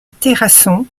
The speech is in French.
terrasson